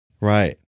Right